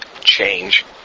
change